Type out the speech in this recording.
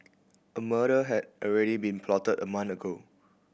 a murder had already been plotted a month ago